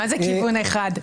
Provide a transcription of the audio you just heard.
מה זה "כיוון אחד"?